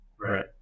Right